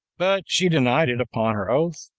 but she denied it upon her oath,